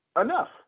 enough